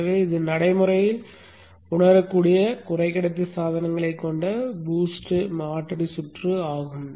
எனவே இது நடைமுறை உணரக்கூடிய குறைக்கடத்தி சாதனங்களைக் கொண்ட பூஸ்ட் மாற்றி சுற்று ஆகும்